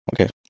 okay